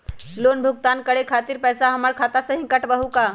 Loan भुगतान करे के खातिर पैसा हमर खाता में से ही काटबहु का?